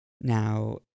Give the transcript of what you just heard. now